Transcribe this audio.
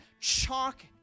chalk